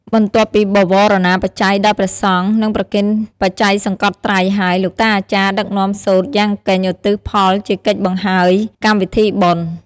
បន្ទាប់ពីបវារណាបច្ច័យដល់ព្រះសង្ឃ និងប្រគេនបច្ច័យសង្កត់ត្រៃហើយ លោកតាអាចារ្យដឹកនាំសូត្រយំកិញ្ចិ ឧទ្ទិសផលជាកិច្ចបង្ហើយកម្មវិធីបុណ្យ។